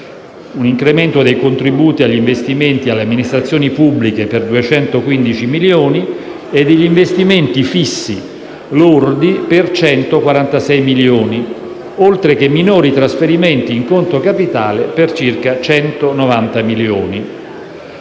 un incremento dei contributi agli investimenti alle amministrazioni pubbliche per 215 milioni e degli investimenti fissi lordi per 146 milioni, oltre che minori trasferimenti in conto capitale per circa 190 milioni.